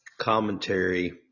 commentary